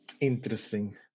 Interesting